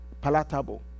palatable